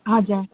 हजुर